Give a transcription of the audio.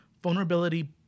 Vulnerability